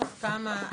כן אני